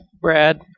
Brad